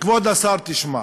כבוד השר, תשמע,